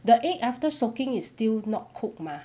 the egg after soaking is still not cooked mah